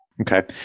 Okay